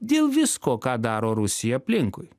dėl visko ką daro rusija aplinkui